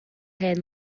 hen